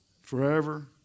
Forever